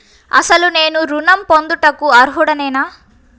అసలు నేను ఋణం పొందుటకు అర్హుడనేన?